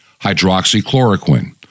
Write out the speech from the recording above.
hydroxychloroquine